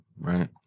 right